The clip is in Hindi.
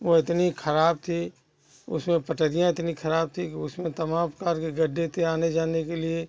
वो इतनी खराब थी उसमें पटरियाँ इतनी खराब थी कि उसमें तमाम प्रकार के गड्ढे थे आने जाने के लिए